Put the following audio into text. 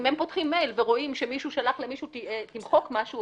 אם הם פותחים מייל ורואים שמישהו שלח למישהו: תמחק משהו,